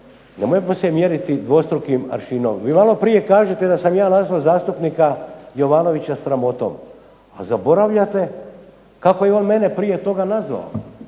nemojmo se mjeriti dvostrukom aršinom. Vi maloprije kažete da sam ja nazvao zastupnika Jovanovića sramotom, a zaboravljate kako je on mene prije toga nazvao,